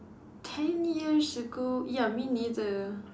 ten years ago ya me neither